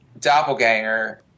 doppelganger